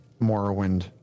Morrowind